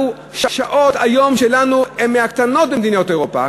שעות היום שלנו הן מהמעטות במדינות אירופה,